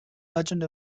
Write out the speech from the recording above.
legend